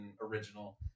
original